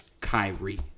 Kyrie